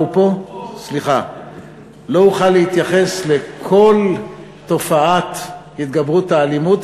לא אוכל להתייחס לכל תופעת התגברות האלימות,